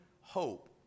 hope